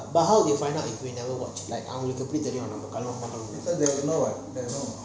but how they find out they never wash அவங்களுக்கு எப்பிடி தெரியும் நம்ம கழுவ மாட்டோம்:avangalauku epidi teriyum namma kaluva maatom